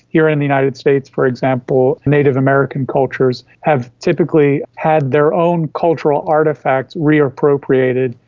here in the united states, for example, native american cultures have typically had their own cultural artefacts re-appropriated,